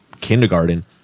kindergarten